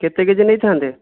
କେତେ K G ନେଇଥାନ୍ତେ